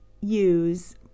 use